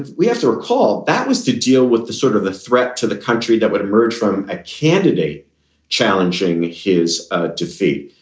and we have to recall that was to deal with the sort of the threat to the country that would emerge from a candidate challenging his ah defeat.